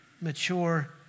mature